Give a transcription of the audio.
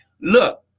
Look